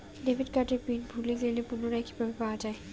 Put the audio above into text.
Debit কার্ডের pin ভুলে গেলে পুনরায় কিভাবে পাওয়া য়ায়?